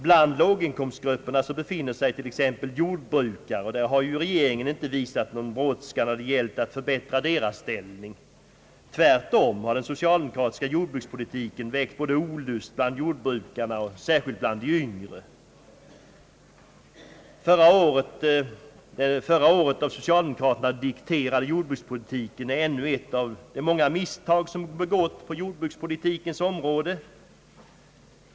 Bland låginkomstgrupperna befinner sig även jordbrukarna. Regeringen har inte visat någon brådskan när det gällt att förbättra deras ställning. Tvärtom har den socialdemokratiska jordbrukspolitiken väckt olust bland jordbrukarna, särskilt bland de yngre. Förra årets av socialdemokraterna dikterade jordbrukspolitik är ännu ett av de många misstag som begåtts på jordbrukspolitikens område.